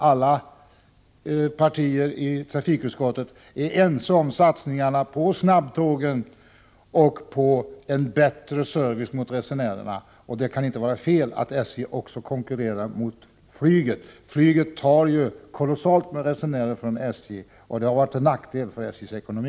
Alla partierna är i trafikutskottet ense om satsningarna på snabbtågen och på en bättre service gentemot resenärerna. Det kan inte vara fel att SJ också konkurrerar med flyget. Flyget har ju tagit kolossalt många resenärer från SJ, och det har varit till nackdel för SJ:s ekonomi.